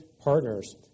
partners